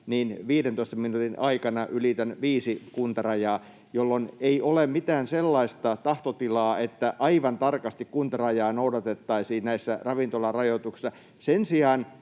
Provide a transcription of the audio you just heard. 15 minuutin aikana ylitän viisi kuntarajaa, jolloin ei ole mitään sellaista tahtotilaa, että aivan tarkasti kuntarajaa noudatettaisiin näissä ravintolarajoituksissa. Sen sijaan